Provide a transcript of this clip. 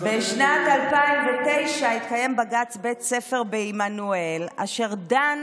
בשנת 2009 התקיים בג"ץ בית ספר בעמנואל, אשר דן